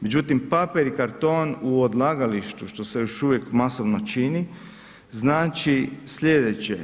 Međutim papir i karton u odlagalištu što se još uvijek masovno čini, znači slijedeće.